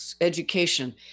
education